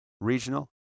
regional